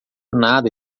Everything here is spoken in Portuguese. nada